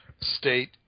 state